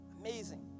amazing